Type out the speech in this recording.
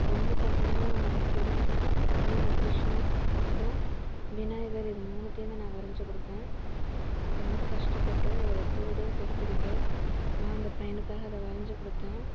ஒன்று பார்த்திங்கன்னா சிவன் இன்னொன்று கிருஷ்ணன் அப்புறம் விநாயகர் இது மூணுத்தையும் நான் வரைஞ்சு கொடுத்த ரொம்ப கஷ்டப்பட்டு ஒரு டூ டேஸ் எடுத்துக்கிட்டு நான் அந்த பையனுக்காக அதை வரைஞ்சு கொடுத்தேன்